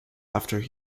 after